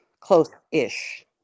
Close-ish